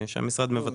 שהמשרד מבצע.